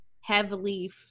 heavily